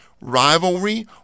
rivalry